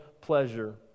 pleasure